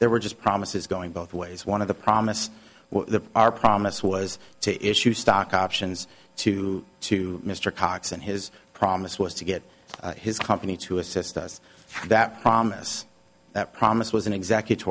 there were just promises going both ways one of the promise to our promise was to issue stock options to to mr cox and his promise was to get his company to assist us that promise that promise was an executive